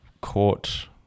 caught